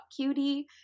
cutie